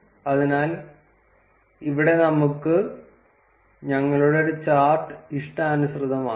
അതിനാൽ ഇവിടെ നമുക്ക് ഞങ്ങളുടെ ചാർട്ട് ഇഷ്ടാനുസൃതമാക്കാം